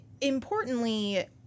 importantly